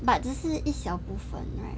but 只是一小部分